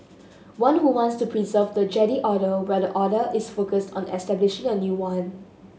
one who wants to preserve the Jedi Order while the other is focused on establishing a new one